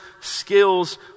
skills